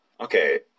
okay